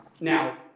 Now